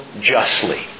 justly